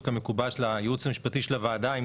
כמקובל לייעוץ המשפטי של הוועדה עם